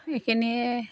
এইখিনিয়ে